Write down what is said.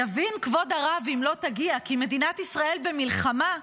יבין כבוד הרב אם לא תגיע, כי מדינת ישראל במלחמה,